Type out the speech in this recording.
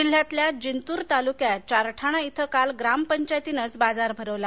जिल्ह्यातल्या जिंतूर तालुक्यात चारठाणा इथ काल ग्रामपंचायतीनंच बाजार भरवला